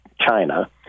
China